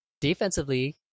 defensively